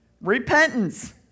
Repentance